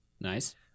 Nice